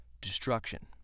destruction